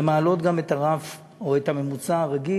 הן מעלות גם את הרף או את הממוצע הרגיל